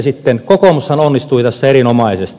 kokoomushan onnistui tässä erinomaisesti